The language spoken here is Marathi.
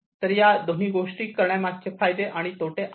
तर या दोन्ही गोष्टी करण्यामागचे फायदे आणि तोटे आहेत